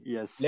Yes